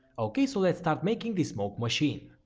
ok, so let's start making this smoke machine.